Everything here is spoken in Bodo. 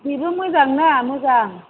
बिबो मोजां ना मोजां